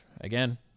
again